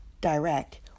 direct